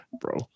bro